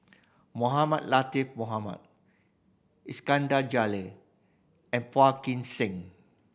Mohamed Latiff Mohamed Iskandar Jalil and Phua Kin Siang